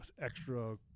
extra